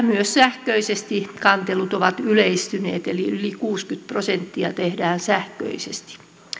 myös sähköisesti kantelut ovat yleistyneet eli yli kuusikymmentä prosenttia tehdään sähköisesti